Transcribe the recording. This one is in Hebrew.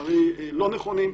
לצערי לא נכונים.